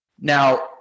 now